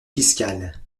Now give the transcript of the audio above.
fiscales